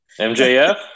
MJF